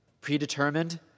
predetermined